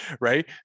right